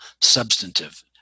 substantive